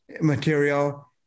material